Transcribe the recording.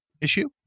issue